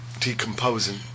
decomposing